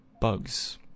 bugs